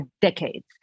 decades